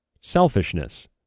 Selfishness